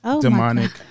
Demonic